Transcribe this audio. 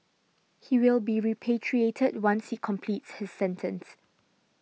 he will be repatriated once he completes his sentence